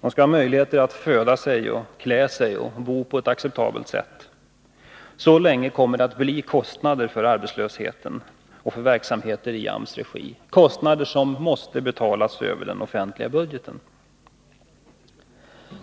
och ha möjligheter att föda sig, klä sig och bo på ett acceptabelt sätt — och det är såvitt jag vet alla partier —, kommer det att bli kostnader för arbetslösheten och för verksamheter i AMS regi. Det är kostnader som måste betalas över den offentliga budgeten.